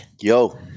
Yo